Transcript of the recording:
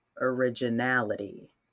originality